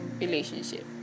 relationship